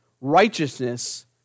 righteousness